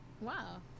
Wow